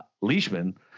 Leishman